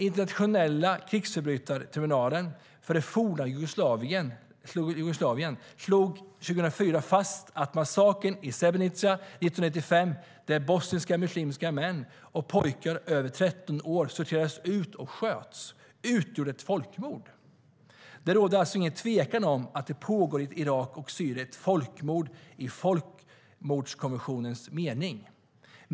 Internationella krigsförbrytartribunalen för det forna Jugoslavien slog 2004 fast att massakern i Srebrenica 1995, där bosniska muslimska män och pojkar över 13 år sorterades ut och sköts utgjorde ett folkmord. Det råder alltså ingen tvekan om att det som pågår i Irak och Syrien är ett folkmord i folkmordskonventionens mening.